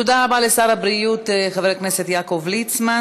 תודה רבה לשר הבריאות חבר הכנסת יעקב ליצמן.